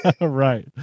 right